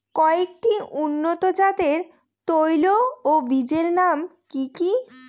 কয়েকটি উন্নত জাতের তৈল ও বীজের নাম কি কি?